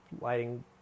lighting